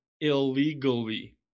illegally